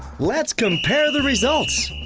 let's compare the results!